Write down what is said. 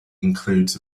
includes